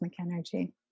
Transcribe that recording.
energy